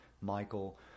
Michael